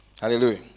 Hallelujah